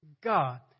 God